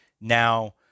Now